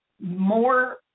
more